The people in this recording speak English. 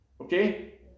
Okay